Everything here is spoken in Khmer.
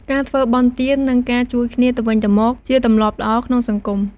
ការធ្វើបុណ្យទាន និងការជួយគ្នាទៅវិញទៅមកជាទម្លាប់ល្អក្នុងសង្គម។